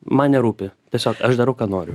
man nerūpi tiesiog aš darau ką noriu